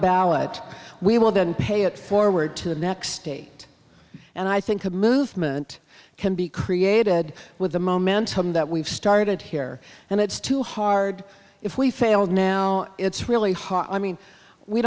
ballot we will then pay it forward to the next state and i think a movement can be created with the momentum that we've started here and it's too hard if we fail now it's really hot i mean we